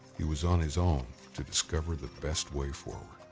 he was on his own to discover the best way forward.